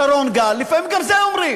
שרון גל, לפעמים גם את זה אומרים.